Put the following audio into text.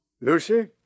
Lucy